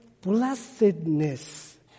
blessedness